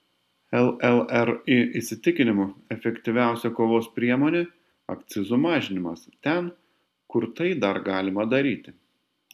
llri įsitikinimu efektyviausia kovos priemonė akcizų mažinimas ten kur tai dar galima daryti